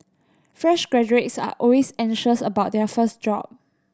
fresh graduates are always anxious about their first job